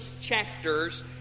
chapters